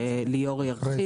וליאור ירחיב.